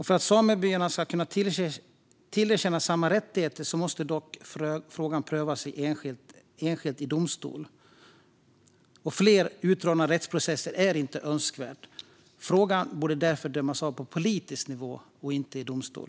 För att andra samebyar ska kunna tillerkännas samma rättigheter måste dock frågan prövas enskilt i domstol. Fler utdragna rättsprocesser är inte önskvärda. Frågan borde därför avgöras på politisk nivå och inte i domstol.